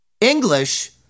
English